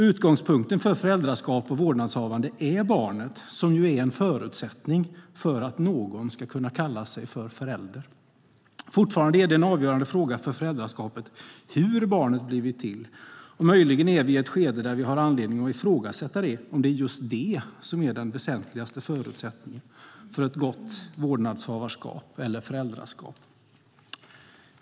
Utgångspunkten för föräldraskap och vårdnadshavande är barnet, som ju är en förutsättning för att någon ska kunna kalla sig för förälder. Fortfarande är det en avgörande fråga för föräldraskapet hur barnet blivit till. Och möjligen är vi i ett skede där vi har anledning att ifrågasätta om det är just det som är den väsentligaste förutsättningen för ett gott vårdnadshavarskap eller föräldraskap.